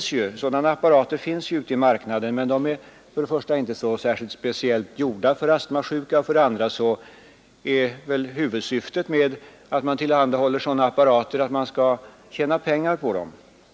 Sådana apparater finns ju ute i marknaden, men för det första är de inte speciellt utformade för astmasjuka och för det andra är huvudsyftet med tillhandahållandet av sådana apparater vanligen att tillverkaren skall tjäna pengar på dem.